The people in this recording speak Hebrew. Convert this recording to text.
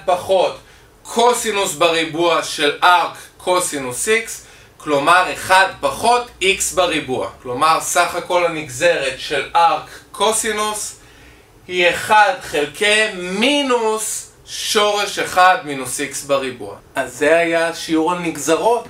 1 פחות קוסינוס בריבוע של ארק קוסינוס X, כלומר 1 פחות X בריבוע, כלומר סך הכל הנגזרת של ארק קוסינוס היא 1 חלקי מינוס שורש 1 מינוס X בריבוע. אז זה היה שיעור הנגזרות